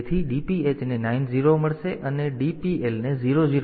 તેથી DPH ને 90 મળે છે DPL ને 0 0 મળે છે